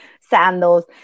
sandals